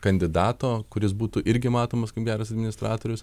kandidato kuris būtų irgi matomas kaip geras administratorius